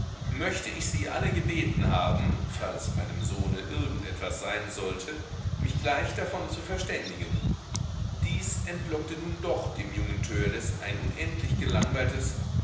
möchte ich sie alle gebeten haben falls meinem sohne irgend etwas sein sollte mich gleich davon zu verständigen dies entlockte nun doch dem jungen törleß ein unendlich gelangweiltes